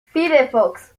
firefox